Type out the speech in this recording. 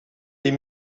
les